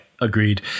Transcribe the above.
Agreed